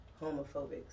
homophobic